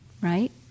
right